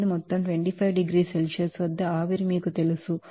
అదే మొత్తంలో 25 డిగ్రీల సెల్సియస్ వద్ద ఆవిరి మీకు తెలుసు